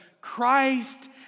Christ